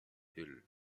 hull